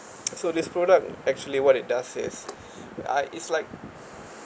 so this product actually what it does is ah is like